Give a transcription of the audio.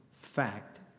Fact